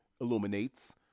illuminates